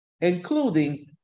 including